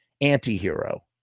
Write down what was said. anti-hero